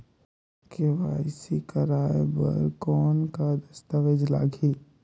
KYC कराय बर कौन का दस्तावेज लगही?